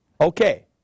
okay